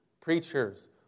preachers